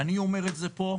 אני אומר את זה פה,